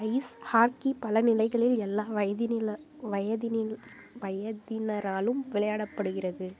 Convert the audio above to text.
ice hockey பல நிலைகளில் எல்லா வயதிநில வயதிநில் வயதினராலும் விளையாடப்படுகிறது